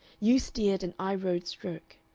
you steered and i rowed stroke.